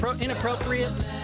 inappropriate